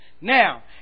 Now